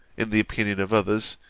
in the opinion of others,